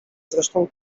zresztą